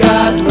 God